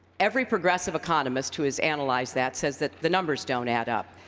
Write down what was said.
every progressive economist who has analyzed that says that the numbers don't add up,